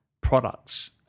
products